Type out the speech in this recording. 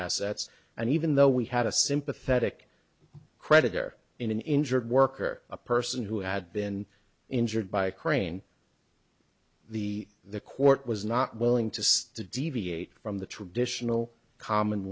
assets and even though we had a sympathetic creditor in an injured worker a person who had been injured by a crane the the court was not willing to stiff deviate from the traditional common